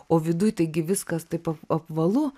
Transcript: o viduj taigi viskas taip ap apvalu